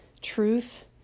Truth